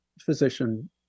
physician